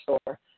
store